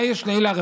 מה יש לאלה,